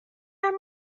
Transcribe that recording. موردش